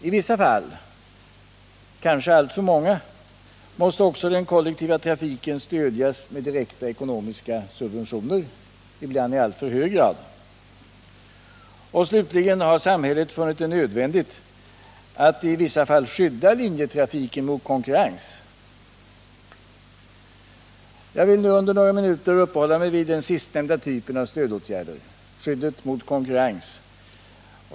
I vissa fall — kanske alltför många — måste också den kollektiva trafiken stödjas med direkta ekonomiska subventioner, ibland i alltför hög grad. Slutligen har samhället funnit det nödvändigt att skydda linjetrafiken mot konkurrens. Jag vill under några minuter uppehålla mig vid den sistnämnda typen av stödåtgärder och skyddet mot konkurrens.